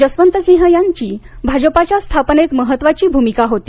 जसवतसिंह यांची भाजपाच्या स्थापनेत महत्वाची भूमिका होती